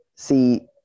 See